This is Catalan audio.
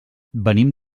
venim